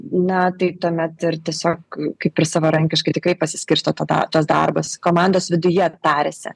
na tai tuomet ir tiesiog kaip ir savarankiškai tikrai pasiskirsto ta dar tas darbas komandos viduje tariasi